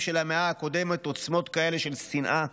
של המאה הקודמת עוצמות כאלה של שנאה.